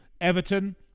Everton